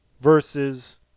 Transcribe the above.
versus